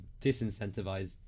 disincentivized